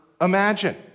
imagine